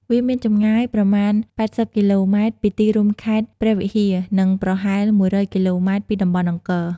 វាមានចម្ងាយប្រមាណ ៨០ គីឡូម៉ែត្រពីទីរួមខេត្តព្រះវិហារ និងប្រហែល ១០០ គីឡូម៉ែត្រពីតំបន់អង្គរ។